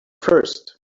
first